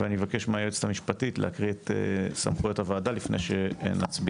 אני מבקש מהיועצת המשפטית להקריא את סמכויות הוועדה לפני שנצביע.